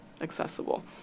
accessible